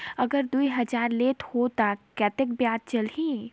अगर दुई हजार लेत हो ता कतेक ब्याज चलही?